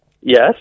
Yes